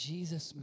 Jesus